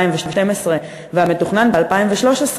2012 והמתוכנן ב-2013,